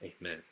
Amen